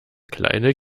kleine